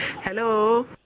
Hello